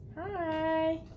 Hi